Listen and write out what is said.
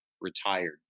retired